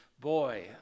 Boy